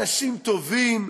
אנשים טובים,